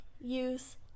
use